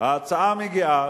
ההצעה מגיעה,